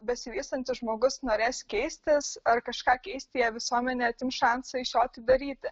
besivystantis žmogus norės keistis ar kažką keisti jei visuomenė atims šansą iš jo tai daryti